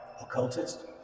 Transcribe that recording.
occultist